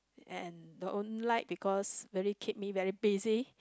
and the don't like because very keep me very busy